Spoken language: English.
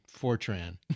Fortran